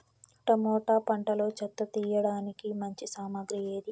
Tomato పంటలో చెత్త తీయడానికి మంచి సామగ్రి ఏది?